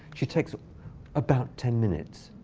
she takes about ten minutes.